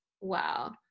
wow